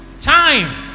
Time